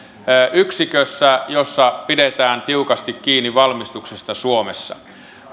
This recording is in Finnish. yksikössä jossa pidetään tiukasti kiinni valmistuksesta suomessa